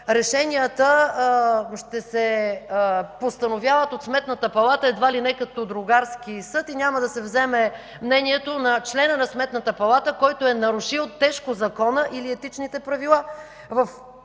решенията ще се постановяват от Сметната палата едва ли не като другарски съд и няма да се вземе мнението на члена на Сметната палата, който е нарушил тежко закона или Етичните правила.